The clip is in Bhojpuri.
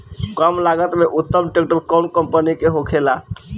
कम लागत में उत्तम ट्रैक्टर कउन कम्पनी के होखेला?